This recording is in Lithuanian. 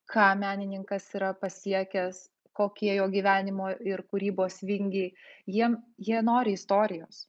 ką menininkas yra pasiekęs kokie jo gyvenimo ir kūrybos vingiai jiem jie nori istorijos